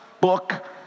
book